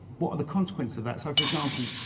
what are the consequence of that? so, for example,